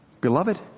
Beloved